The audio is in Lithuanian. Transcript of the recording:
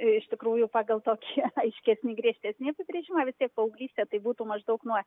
iš tikrųjų pagal tokį aiškesnį griežtesnį apibrėžimą vis tiek paauglystė tai būtų maždaug nuo